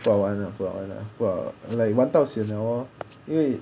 不好玩的不好玩的不好 like 玩到 sian 了 lor 因为